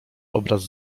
obraz